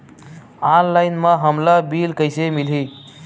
Online म हमला bill कइसे मिलही?